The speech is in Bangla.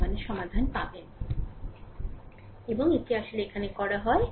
এবং এটি আসলে এখানে করা হয় এটি আসলে এখানে করা হয়